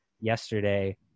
yesterday